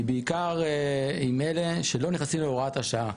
היא בעיקר עם אלה שלא נכנסים להוראת השעה,